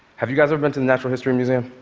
have you guys ever been to the natural history museum?